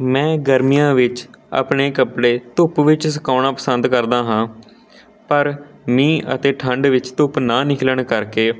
ਮੈਂ ਗਰਮੀਆਂ ਵਿੱਚ ਆਪਣੇ ਕੱਪੜੇ ਧੁੱਪ ਵਿੱਚ ਸੁਕਾਉਣਾ ਪਸੰਦ ਕਰਦਾ ਹਾਂ ਪਰ ਮੀਂਹ ਅਤੇ ਠੰਡ ਵਿੱਚ ਧੁੱਪ ਨਾ ਨਿਕਲਣ ਕਰਕੇ